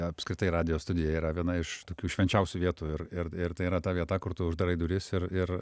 apskritai radijo studija yra viena iš tokių švenčiausių vietų ir ir ir tai yra ta vieta kur tu uždarai duris ir ir